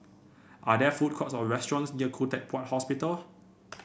are there food courts or restaurants near Khoo Teck Puat Hospital